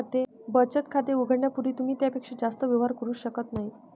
बचत खाते उघडण्यापूर्वी तुम्ही त्यापेक्षा जास्त व्यवहार करू शकत नाही